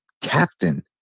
captain